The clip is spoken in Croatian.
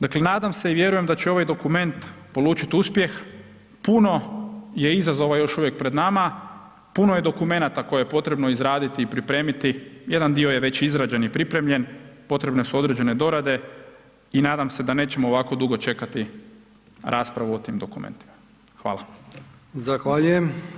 Dakle nadam se i vjerujem da će ovaj dokument polučit uspjeh, puno je izazova još uvijek pred nama, puno je dokumenata koje je potrebno izraditi i pripremiti, jedan dio je već izrađen i pripremljen, potrebne su određene dorade i nadam se da nećemo ovako dugo čekati raspravu o tim dokumentima, hvala.